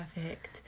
perfect